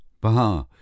Bah